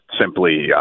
simply